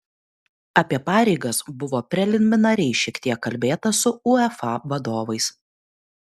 apie pareigas buvo preliminariai šiek tiek kalbėta su uefa vadovais